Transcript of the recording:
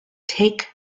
take